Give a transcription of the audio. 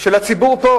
של הציבור פה,